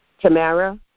Tamara